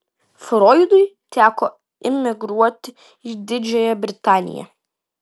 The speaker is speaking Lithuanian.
froidui teko emigruoti į didžiąją britaniją